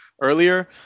earlier